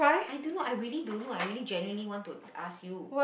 I don't know I really don't know I really genuinely want to ask you